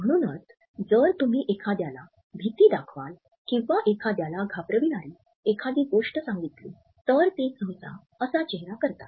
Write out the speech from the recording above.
म्हणूनच जर तुम्ही एखाद्याला भीती दाखवाल किंवा एखाद्याला घाबरविणारी एखादी गोष्ट सांगितली तर ते सहसा असा चेहरा करतात